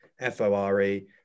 f-o-r-e